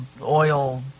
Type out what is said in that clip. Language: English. oil